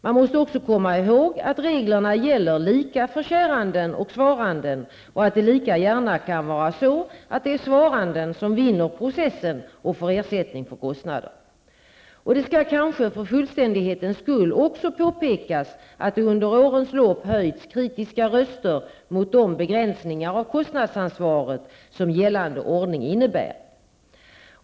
Man måste också komma ihåg att reglerna gäller lika för käranden och svaranden och att det lika gärna kan vara så att det är svaranden som vinner processen och får ersättning för kostnader. Och det skall kanske för fullständighetens skull också påpekas att det under årens lopp höjts kritiska röster mot de begränsningar av kostnadsansvaret som gällande ordning innebär.